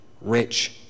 rich